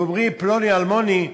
ואומרים: פלוני-אלמוני,